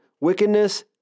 wickedness